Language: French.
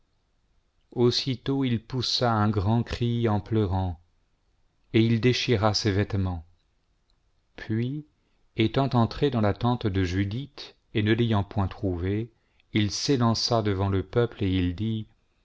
aussitôt il poussa un grand cri en pleurant et il déchira ses vêtements puis étant entré dans la tente de judith et ne l'ayant point trouvée il s'élança devant le peuple et il dit